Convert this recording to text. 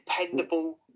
dependable